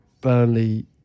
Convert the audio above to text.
Burnley